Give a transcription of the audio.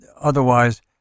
Otherwise